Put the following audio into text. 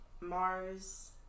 Mars